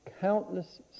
countless